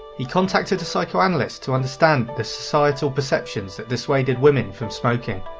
he contacted a psychoanalyst to understand the societal perceptions that dissuaded women from smoking.